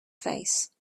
face